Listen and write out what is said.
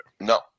No